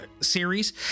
series